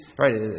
right